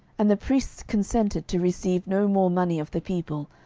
and the priests consented to receive no more money of the people,